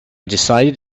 decided